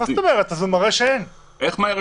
הוא מראה שאין לו כלום.